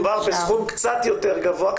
מדובר בסכום קצת יותר גבוה,